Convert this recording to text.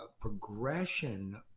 progression